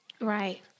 Right